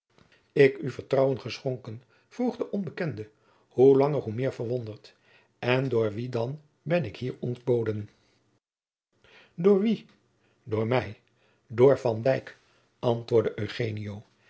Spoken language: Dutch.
ik u vertrouwen geschonken vroeg de onbekende hoe langer hoe meer verwonderd en door wien dan ben ik hier ontboden door wien door mij door van dyk antwoordde